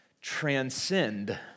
transcend